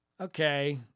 okay